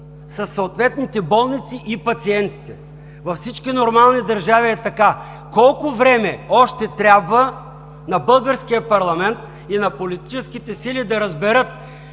със съответните болници и пациентите. Във всички нормални държави е така. Колко време още трябва на българския парламент и на политическите сили да разберат,